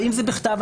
בכתב,